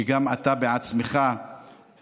אני חושב שגם אתה בעצמך נאבק,